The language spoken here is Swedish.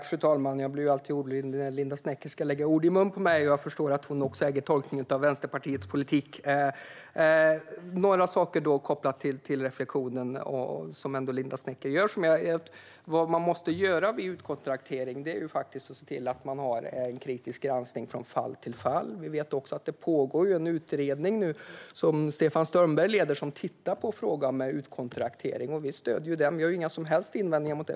Fru talman! Jag blir alltid orolig när Linda Snecker ska lägga ord i munnen på mig, och jag förstår att hon äger tolkningen av Vänsterpartiets politik. Jag vill säga några saker kopplat till den reflektion Linda Snecker gör. Vad man måste göra vid utkontraktering är att se till att man har en kritisk granskning från fall till fall. Vi vet också att det nu pågår en utredning ledd av Stefan Strömberg som tittar på frågan om utkontraktering. Vi stöder den och har inga som helst invändningar.